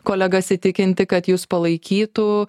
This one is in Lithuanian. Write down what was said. kolegas įtikinti kad jus palaikytų